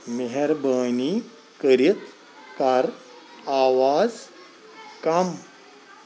مہربٲنی کٔرِتھ کَر آواز کم